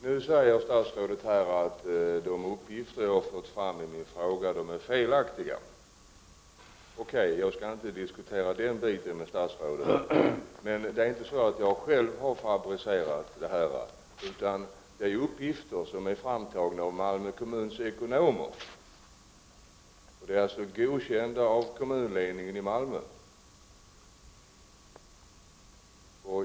Nu säger statsrådet att de uppgifter jag har lämnat i min fråga är felaktiga. Okej! Jag skall inte diskutera den biten med statsrådet, men jag har inte själv fabricerat dessa uppgifter, utan de har framtagits av Malmö kommuns ekonomer och är alltså godkända av kommunledningen i Malmö.